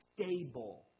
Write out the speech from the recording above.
Stable